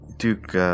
Duke